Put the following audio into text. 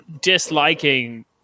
Disliking